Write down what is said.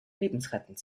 lebensrettend